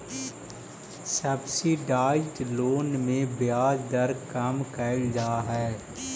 subsidised loan में ब्याज दर कम कैल जा हइ